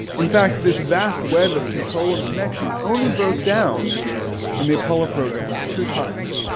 in fact this vast web of control and connection only broke down in the apollo program two times.